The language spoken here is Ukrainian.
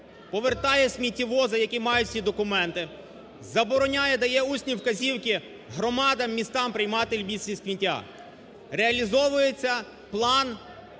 повертає сміттєвози, які мають всі документи, забороняє, дає усні вказівки громадам, містам приймати в місті сміття. Реалізовується план,